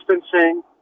distancing